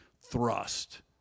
thrust